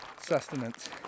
sustenance